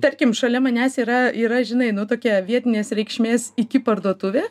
tarkim šalia manęs yra yra žinai nu tokia vietinės reikšmės iki parduotuvė